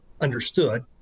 understood